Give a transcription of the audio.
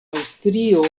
aŭstrio